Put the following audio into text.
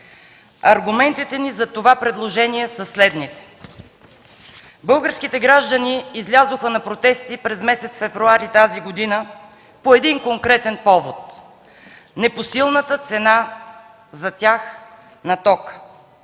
Аргументите ни за това предложение са следните. Българските граждани излязоха на протести през месец февруари тази година по един конкретен повод – непосилната за тях цена на тока.